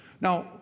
Now